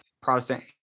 Protestant